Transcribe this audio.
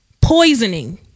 poisoning